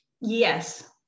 yes